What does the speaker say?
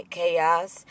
Chaos